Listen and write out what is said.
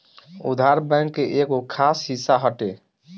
उधार, बैंक के एगो खास हिस्सा हटे